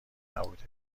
نبوده